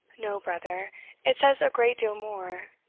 no, brother it says a great deal more.